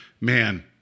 Man